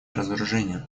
разоружению